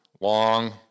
Long